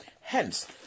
Hence